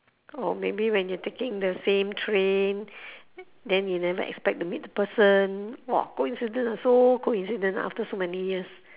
oh maybe when you taking the same train then you never expect to meet the person !wah! coincidence ah so coincident ah after so many years